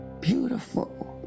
beautiful